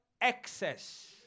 excess